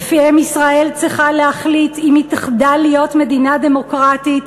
שלפיהם ישראל צריכה להחליט אם היא תחדל להיות מדינה דמוקרטית,